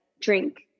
drink